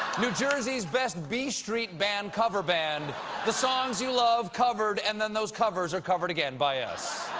new jersey best b street band cover band the songs you love covered and then those covers are covered again by us.